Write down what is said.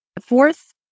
Fourth